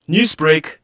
Newsbreak